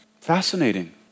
Fascinating